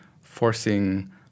forcing